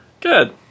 Good